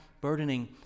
burdening